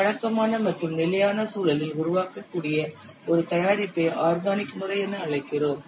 பழக்கமான மற்றும் நிலையான சூழலில் உருவாக்கக்கூடிய ஒரு தயாரிப்பை ஆர்கானிக் முறை என்று அழைக்கிறோம்